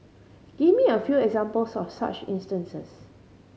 give me a few examples of such instances